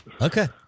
Okay